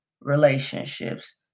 relationships